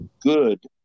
good